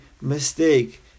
mistake